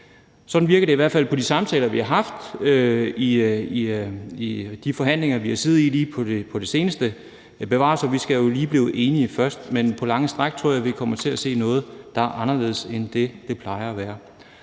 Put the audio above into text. Sådan virker det i hvert fald på de samtaler, vi har haft i de forhandlinger, vi har siddet i lige på det seneste. Bevares, vi skal lige blive enige først, men på lange stræk tror jeg, vi kommer til at se noget, der er anderledes, end det plejer at være.